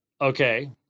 Okay